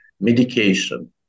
medication